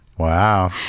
Wow